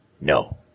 No